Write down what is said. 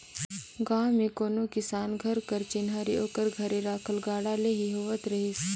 गाँव मे कोनो किसान घर कर चिन्हारी ओकर घरे रखल गाड़ा ले ही होवत रहिस